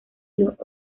los